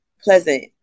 pleasant